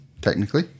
Technically